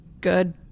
good